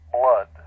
blood